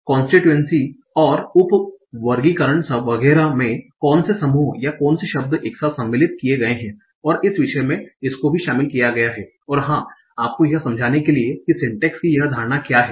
constituency और उप वर्गीकरण वगैरह में कौन से समूह या कौन से शब्द एक साथ सम्मिलित किए गए हैं और इस विषय में इसको भी शामिल किया गया है और हाँ आपको यह समझाने के लिए कि सिंटैक्स की यह धारणा क्या है